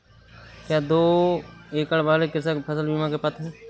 क्या दो एकड़ वाले कृषक फसल बीमा के पात्र हैं?